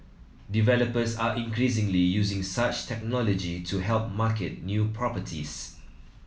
developers are increasingly using such technology to help market new properties